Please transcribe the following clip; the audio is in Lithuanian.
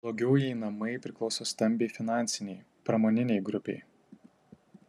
blogiau jei namai priklauso stambiai finansinei pramoninei grupei